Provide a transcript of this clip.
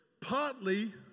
partly